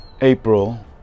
April